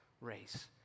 race